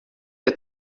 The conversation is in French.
est